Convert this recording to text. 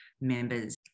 members